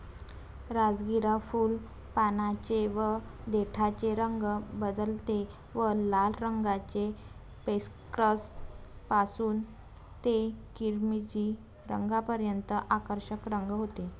राजगिरा फुल, पानांचे व देठाचे रंग बदलते व लाल रंगाचे स्पेक्ट्रम पासून ते किरमिजी रंगापर्यंत आकर्षक रंग होते